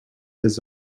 his